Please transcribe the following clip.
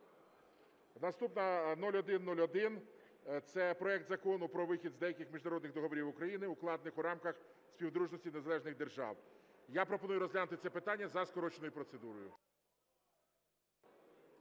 Наступний – 0101. Це проект Закону про вихід з деяких міжнародних договорів України, укладених у рамках Співдружності Незалежних Держав. Я пропоную розглянути це питання за скороченою процедурою.